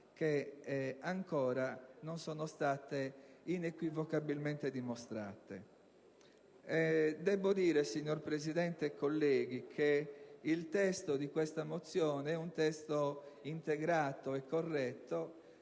che ancora non sono state inequivocabilmente dimostrate. Debbo dire, signor Presidente e colleghi, che il testo di questa mozione è stato integrato e corretto